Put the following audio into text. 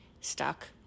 Stuck